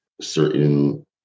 certain